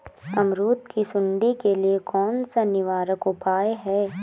अमरूद की सुंडी के लिए कौन सा निवारक उपाय है?